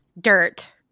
Dirt